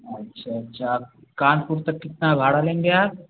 अच्छा अच्छा कानपुर तक कितना भाड़ा लेंगे आप